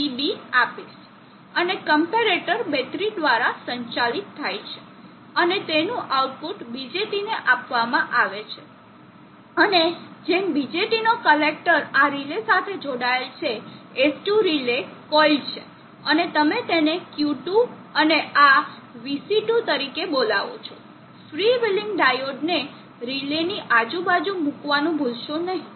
અને comparator battery દ્વારા સંચાલિત થાય છે અને તેનું આઉટપુટ BJTને આપવામાં આવે છે અને જેમ BJT નો કલેક્ટર આ રિલે સાથે જોડાયેલ છે S2 રિલે કોઇલ છે અને તમે તેને Q2 અને આ Vc2 તરીકે બોલાવો છો ફ્રી વ્હિલિંગ ડાયોડને રિલેની આજુબાજુ મૂકવાનું ભૂલશો નહીં